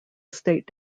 estate